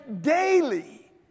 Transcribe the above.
daily